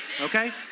okay